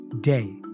day